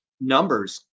numbers